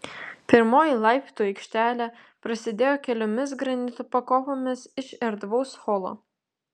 pirmoji laiptų aikštelė prasidėjo keliomis granito pakopomis iš erdvaus holo